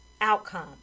outcome